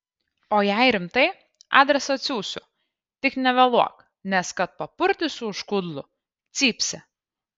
o jei rimtai adresą atsiųsiu tik nevėluok nes kad papurtysiu už kudlų cypsi